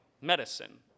medicine